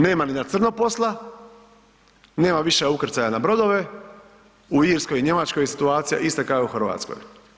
Nema ni na crno posla, nema više ukrcaja na brodove, u Irskoj i Njemačkoj je situacija ista kao i u Hrvatskoj.